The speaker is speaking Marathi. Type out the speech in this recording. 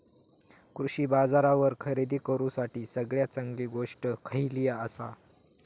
कृषी बाजारावर खरेदी करूसाठी सगळ्यात चांगली गोष्ट खैयली आसा?